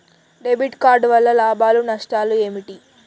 Debit card వల్ల లాభాలు నష్టాలు ఏమిటి?